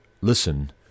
listen